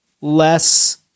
less